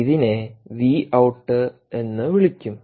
ഇതിനെ V out എന്ന് വിളിക്കും